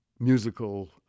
musical